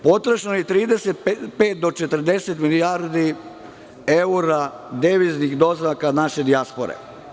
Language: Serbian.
Potrošeno je i 35 do 40 milijardi eura deviznih doznaka naše dijaspore.